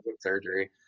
surgery